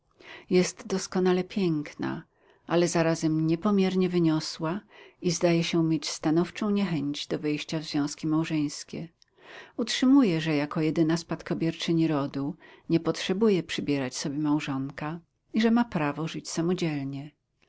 jest doskonale piękna ale zarazem niepomiernie wyniosła i zdaje się mieć stanowczą niechęć do wejścia w związki małżeńskie utrzymuje że jako jedyna spadkobierczyni rodu nie potrzebuje przybierać sobie małżonka i że ma prawo żyć samodzielnie